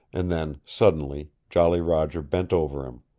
and then, suddenly, jolly roger bent over him.